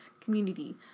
community